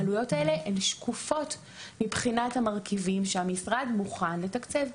והעלויות האלה הן שקופות מבחינת המרכיבים שהמשרד מוכן לתקצב.